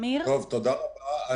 תודה רבה.